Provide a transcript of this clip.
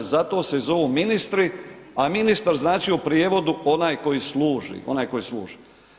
Zato se i zovu ministri, a ministar znači u prijevodu onaj koji služi, onaj koji služi.